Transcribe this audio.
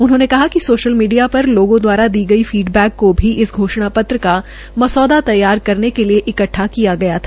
उन्होंने कहा कि सोशल मीडिया पर लोगों दवारा दी गई फीडबैड को भी इस घोषणा पत्र का मसौदा तैयार करने के लिए इकट्ठा किया गया था